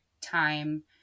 time